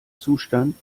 zustand